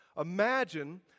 Imagine